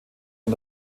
und